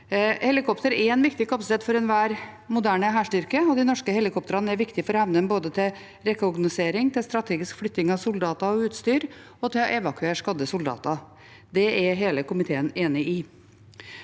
Helikopter er en viktig kapasitet for enhver moderne hærstyrke, og de norske helikoptrene er viktige for evnen til både rekognosering, strategisk flytting av soldater og utstyr og å evakuere skadde soldater. Det er hele komiteen enig i.